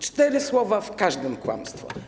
Cztery słowa, a w każdym kłamstwo.